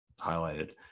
highlighted